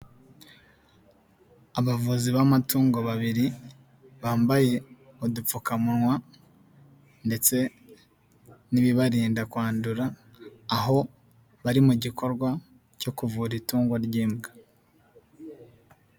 Abavuzi b'amatungo babiri bambaye udupfukamunwa ndetse n'ibibarinda kwandura, aho bari mu gikorwa cyo kuvura itungo ry'imbwa.